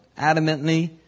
adamantly